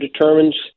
determines